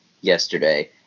yesterday